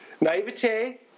naivete